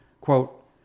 Quote